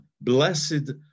Blessed